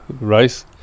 race